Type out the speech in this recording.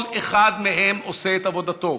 כל אחד מהם עושה את עבודתו.